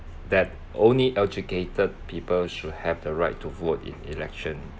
that only educated people should have the right to vote in election